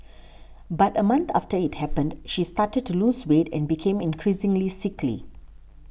but a month after it happened she started to lose weight and became increasingly sickly